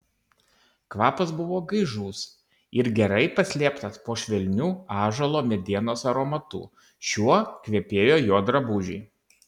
kvapas buvo gaižus ir gerai paslėptas po švelniu ąžuolo medienos aromatu šiuo kvepėjo jo drabužiai